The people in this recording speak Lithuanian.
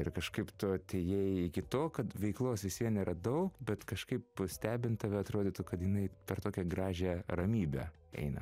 ir kažkaip tu atėjai iki to kad veiklos vis vien neradau bet kažkaip nustebint tave atrodytų kad jinai per tokią gražią ramybę eina